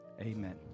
Amen